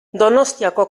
donostiako